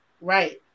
right